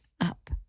up